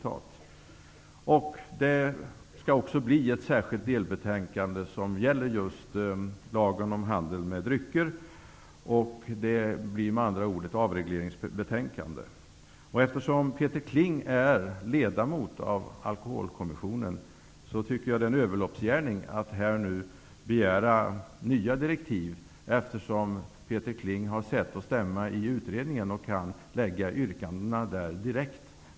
Det skall också bli ett delbetänkande som gäller just lagen om handel med drycker. Det blir med andra ord ett avregleringsbetänkande. Alkoholkommissionen, tycker jag att det är en överloppsgärning att nu begära nya direktiv, eftersom Peter Kling har säte och stämma i utredningen och där kan lägga yrkandena direkt.